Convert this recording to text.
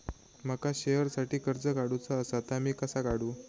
माका शेअरसाठी कर्ज काढूचा असा ता मी कसा काढू?